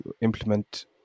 implement